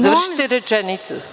Završite rečenicu.